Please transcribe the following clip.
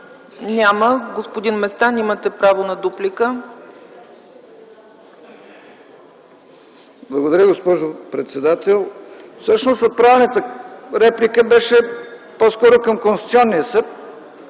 Няма. Господин Местан, имате право на дуплика. ЛЮТВИ МЕСТАН (ДПС): Благодаря, госпожо председател. Всъщност отправената реплика беше по-скоро към Конституционния съд,